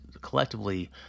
collectively